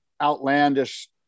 outlandish